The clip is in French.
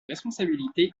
responsabilité